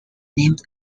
named